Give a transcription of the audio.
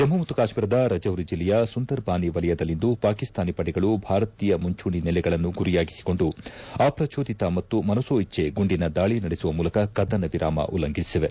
ಜಮ್ಲು ಮತ್ತು ಕಾಶ್ಲೀರದ ರಜೌರಿ ಜಿಲ್ಲೆಯ ಸುಂದರ್ ಬಾನಿ ವಲಯದಲ್ಲಿಂದು ಪಾಕಿಸ್ತಾನಿ ಪಡೆಗಳು ಭಾರತೀಯ ಮುಂಚೂಣಿ ನೆಲೆಗಳನ್ನು ಗುರಿಯಾಗಿಸಿಕೊಂಡು ಅಪ್ರಜೋದಿತ ಮತ್ತು ಮನಸೋಇಜ್ಜೆ ಗುಂಡಿನ ದಾಳಿ ನಡೆಸುವ ಮೂಲಕ ಕದನ ವಿರಾಮ ಉಲ್ಲಂಘಿಸಿವೆ